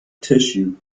tissue